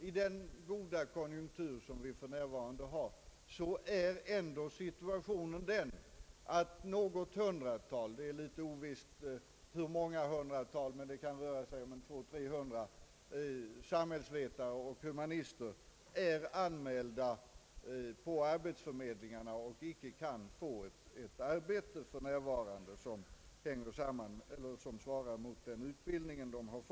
I den goda konjunktur vi för närvarande har är dock situationen den att något eller några hundratal — det är ovisst hur många, men det kan röra sig om 200—300 samhällsvetare och humanister — är an mälda hos arbetsförmedlingarna och just nu inte kan få ett arbete som svarar mot den utbildning de har.